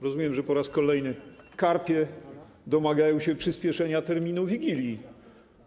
Rozumiem, że po raz kolejny karpie domagają się przyspieszenia terminu Wigilii.